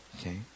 Okay